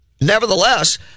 Nevertheless